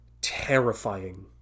terrifying